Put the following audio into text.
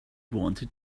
wanted